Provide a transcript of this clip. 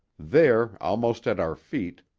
there, almost at our feet,